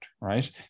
right